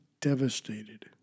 devastated